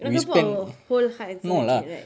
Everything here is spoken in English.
we're not going to put our whole heart and soul into it right